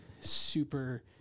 super